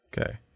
Okay